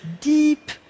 deep